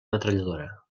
metralladora